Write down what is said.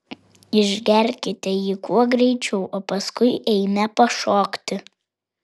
išgerkite jį kuo greičiau o paskui eime pašokti